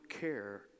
care